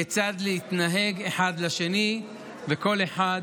כיצד להתנהג אחד לשני וכל אחד